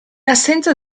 assenza